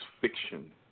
fiction